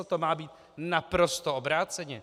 To má být naprosto obráceně!